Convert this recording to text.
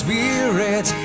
Spirit